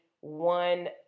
one